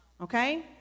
Okay